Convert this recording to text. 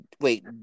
wait